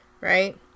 right